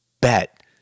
bet